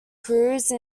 cruise